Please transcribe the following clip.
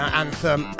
anthem